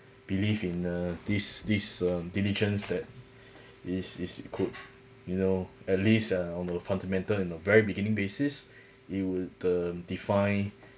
believe in uh this this um diligence that is is could you know at least uh on the fundamental in the very beginning basis you'll um define